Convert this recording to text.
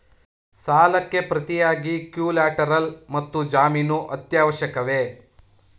ಸಾಲಕ್ಕೆ ಪ್ರತಿಯಾಗಿ ಕೊಲ್ಯಾಟರಲ್ ಮತ್ತು ಜಾಮೀನು ಅತ್ಯವಶ್ಯಕವೇ?